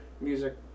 music